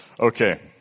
Okay